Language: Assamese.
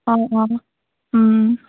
অঁ অঁ